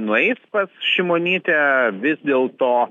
nueis pas šimonytę vis dėl to